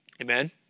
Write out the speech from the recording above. Amen